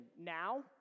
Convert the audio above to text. now